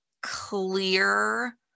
clear